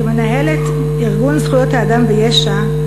כמנהלת ארגון זכויות האדם ביש"ע,